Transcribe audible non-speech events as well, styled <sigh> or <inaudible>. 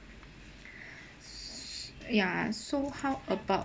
<breath> s~ ya so how about